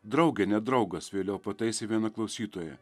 draugė ne draugas vėliau pataisė viena klausytoja